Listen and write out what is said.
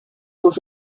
was